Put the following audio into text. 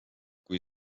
kui